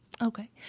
Okay